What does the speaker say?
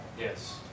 Yes